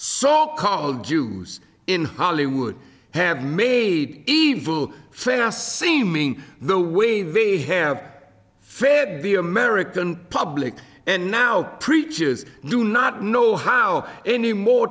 so called jews in hollywood have made evil fast seeming the way they have fed the american public and now preachers do not know how anymore